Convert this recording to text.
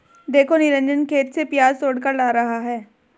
देखो निरंजन खेत से प्याज तोड़कर ला रहा है